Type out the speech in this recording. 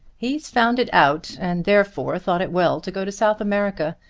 he's found it out, and therefore thought it well to go to south america.